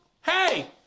hey